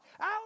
Out